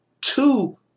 two